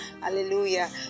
Hallelujah